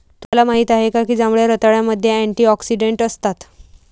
तुम्हाला माहित आहे का की जांभळ्या रताळ्यामध्ये अँटिऑक्सिडेंट असतात?